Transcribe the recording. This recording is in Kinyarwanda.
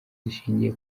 zishingiye